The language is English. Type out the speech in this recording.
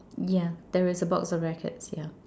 yeah there is a box of rackets yeah